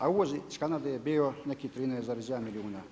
A uvoz iz Kanade je bio nekih 13,1 milijuna.